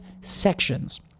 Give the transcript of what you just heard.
sections